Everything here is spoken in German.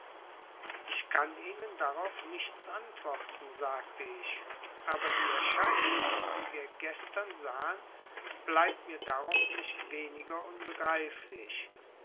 ich kann ihnen darauf nichts antworten sagte ich aber die erscheinung die wir gestern sahen bleibt mir darum nicht weniger unbegreiflich